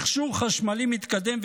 מכשור חשמלי מתקדם,